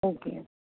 okay